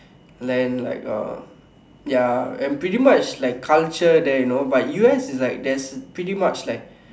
land like uh ya and pretty much like culture there you know but U_S is like there's pretty much like